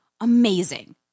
Amazing